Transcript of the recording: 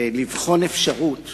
לבחון אפשרות